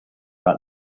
like